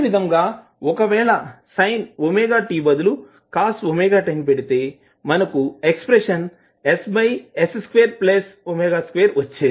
ఇదేవిధంగా ఒకవేళ sin ωt బదులు cos ωt ని పెడితే మనకు ఎక్స్ప్రెషన్ ss2w2 వచ్చేది